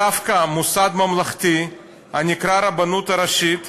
דווקא מוסד ממלכתי הנקרא הרבנות הראשית,